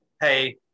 hey